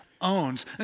owns